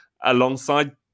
alongside